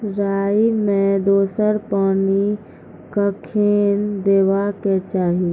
राई मे दोसर पानी कखेन देबा के चाहि?